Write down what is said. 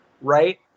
Right